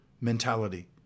mentality